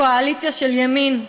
קואליציה של ימין,